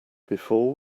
before